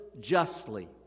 justly